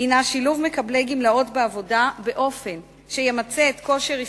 הינה שילוב מקבלי גמלאות בעבודה באופן שימצה את כושר השתכרותם,